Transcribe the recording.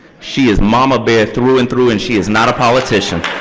she is mama bear through and through and she is not a politician.